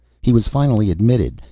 he was finally admitted,